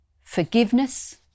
forgiveness